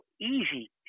easy